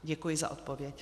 Děkuji za odpověď.